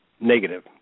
Negative